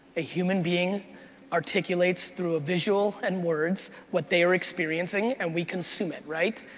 a human being articulates through a visual and words what they are experiencing and we consume it, right?